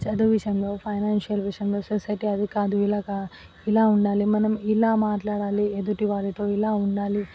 చదువు విషయంలో ఫైనాన్షియల్ విషయంలో సొసైటీ అది కాదు ఇలా ఇలా ఉండాలి మనం ఇలా మాట్లాడాలి ఎదుటివారితో ఇలా ఉండాలి